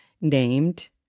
named